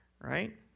right